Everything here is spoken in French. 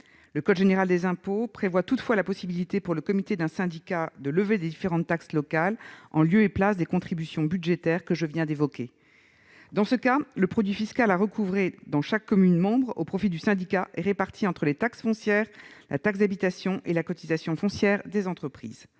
le code général des impôts prévoit la possibilité pour le comité d'un syndicat de lever les différentes taxes locales en lieu et place de ces contributions budgétaires. Dans ce cas, le produit fiscal à recouvrer dans chaque commune membre au profit du syndicat est réparti entre les taxes foncières, la taxe d'habitation et la cotisation foncière des entreprises.